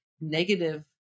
negative